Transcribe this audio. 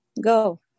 Go